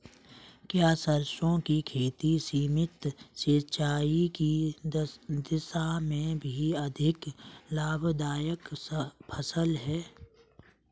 क्या सरसों की खेती सीमित सिंचाई की दशा में भी अधिक लाभदायक फसल है?